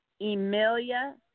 Emilia